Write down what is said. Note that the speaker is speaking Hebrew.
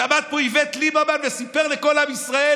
שעמד פה איווט ליברמן וסיפר לכל עם ישראל